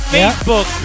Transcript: Facebook